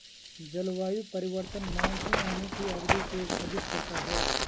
जलवायु परिवर्तन मानसून आने की अवधि को स्थगित करता है